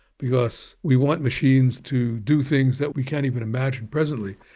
because we want machines to do things that we can't even imagine presently.